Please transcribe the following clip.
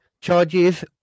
charges